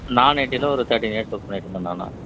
நான் ஐடியில் ஒரு தேர்ட்டின் இயர்ஸ் ஒர்க் பண்ணிட்டுருந்தேன் நான்